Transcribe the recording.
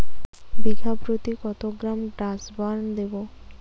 বিঘাপ্রতি কত গ্রাম ডাসবার্ন দেবো?